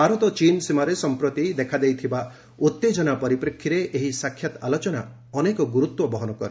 ଭାରତ ଚୀନ୍ ସୀମାରେ ସମ୍ପ୍ରତି ଦେଖାଦେଇଥିବା ଉତ୍ତେଜନା ପରିପ୍ରେକ୍ଷୀରେ ଏହି ସାକ୍ଷାତ୍ ଆଲୋଚନା ଅନେକ ଗୁରୁତ୍ୱ ବହନ କରେ